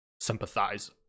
sympathize